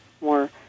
more